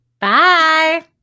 Bye